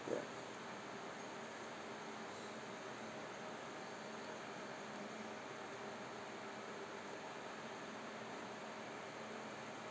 ya